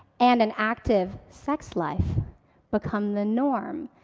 and an active sex life become the norm,